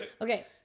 Okay